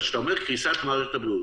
כשאתה אומר "קריסת מערכת הבריאות",